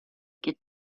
get